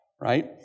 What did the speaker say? Right